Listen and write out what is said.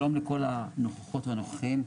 שלום לכל הנוכחות והנוכחים.